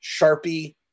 Sharpie